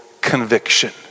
conviction